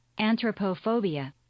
Anthropophobia